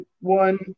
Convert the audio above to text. one